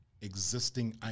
existing